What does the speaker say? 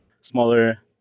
smaller